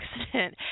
accident